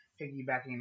piggybacking